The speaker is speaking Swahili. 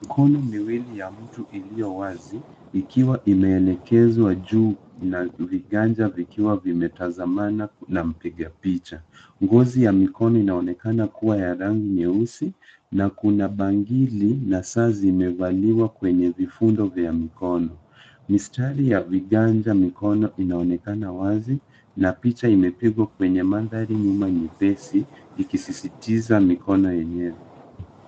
Mikino miwil ya mtu ikiwa wazi ikiwa imeelekezwa juu na viganja vilivyotazamana na mpiga picha. Ngozi ya mikono inaonekana kuwa ya rangi nyeusi na kuna bangili na saa zimevaliwa kwenye vifundo vya mikono. Mistari ya viganja mikono inaonekana wazi na picha imepigwa kwenye mandhari nyuma nyepesi ikisisitiza mikono yenyewe.